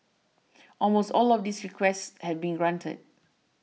almost all of these requests had been granted